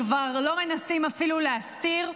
כבר לא מנסים אפילו להסתיר,